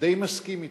די מסכים אתכם.